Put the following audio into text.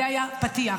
זה היה פתיח.